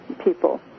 people